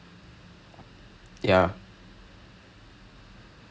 okay and the பார்க்கிற நாளிலே வந்து:paarkira naalilae vanthu